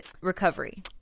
recovery